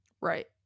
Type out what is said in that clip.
Right